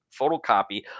photocopy